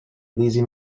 lizzie